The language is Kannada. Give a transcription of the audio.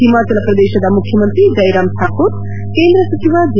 ಹಿಮಾಚಲ ಪ್ರದೇಶದ ಮುಖ್ಯಮಂತ್ರಿ ಜೈರಾಮ್ ಠಾಕೂರ್ ಕೇಂದ್ರ ಸಚಿವ ಜೆ